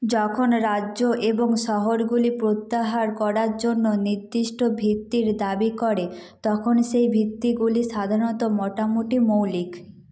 যখন রাজ্য এবং শহরগুলি প্রত্যাহার করার জন্য নির্দিষ্ট ভিত্তির দাবি করে তখন সেই ভিত্তিগুলি সাধারণত মোটামুটি মৌলিক